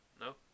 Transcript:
No